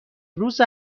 روز